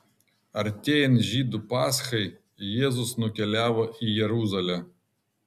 artėjant žydų paschai jėzus nukeliavo į jeruzalę